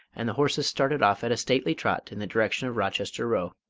and the horses started off at a stately trot in the direction of rochester row.